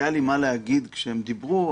היה לי מה להגיד כשהם דיברו,